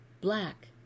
black